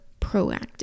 proactive